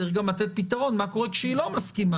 צריך גם לתת פתרון מה קורה כשהיא לא מסכימה,